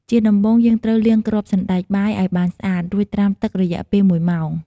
ជាដំបូង យើងត្រូវលាងគ្រាប់សណ្ដែកបាយឱ្យបានស្អាត រួចត្រាំទឹករយៈពេល ១ម៉ោង។